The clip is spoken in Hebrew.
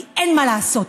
כי אין מה לעשות,